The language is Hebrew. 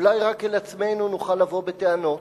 אולי רק אל עצמנו נוכל לבוא בטענות,